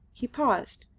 he paused,